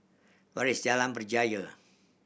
where is Jalan Berjaya